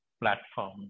platform